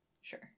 Sure